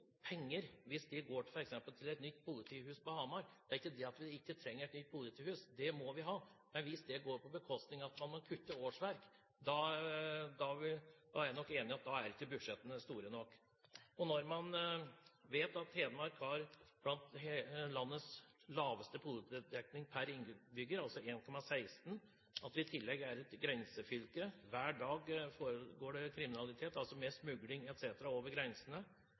penger hvis de går til f.eks. et nytt politihus på Hamar. Det er ikke det at vi ikke trenger et nytt politihus – det må vi ha – men hvis det går på bekostning av årsverk, at man må kutte årsverk, er jeg nok enig i at da er ikke budsjettene store nok. Når man vet at Hedmark har landets laveste politidekning per innbygger, altså 1,16, at vi i tillegg er et grensefylke – hver dag foregår det kriminalitet, smugling etc., over grensene